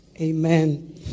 Amen